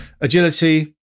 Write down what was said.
agility